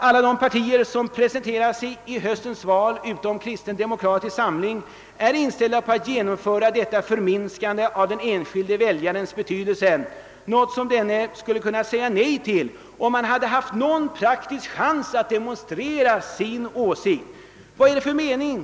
Alla de partier som presenterar sig i höstens val, utom Kristen demokratisk samling, är inställda på att genomföra detta förminskande av den enskilde väljarens betydelse — något som denne skulle kunna säga nej till om han i praktiken hade någon chans att demonstrera sin åsikt. Vad är dett.ex.